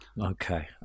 Okay